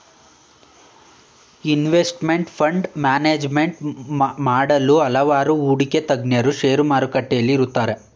investment fund management ಮಾಡಲು ಹಲವಾರು ಹೂಡಿಕೆ ತಜ್ಞರು ಶೇರು ಮಾರುಕಟ್ಟೆಯಲ್ಲಿ ಇರುತ್ತಾರೆ